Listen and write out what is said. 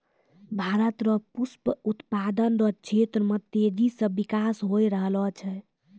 भारत रो पुष्प उत्पादन रो क्षेत्र मे तेजी से बिकास होय रहलो छै